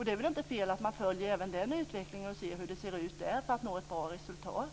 Det är väl inte fel att man följer även den utvecklingen och ser hur det ser ut där för att man ska nå ett bra resultat.